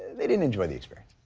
they didn't enjoy the experience.